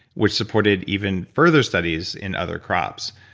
which supported even further studies in other crops.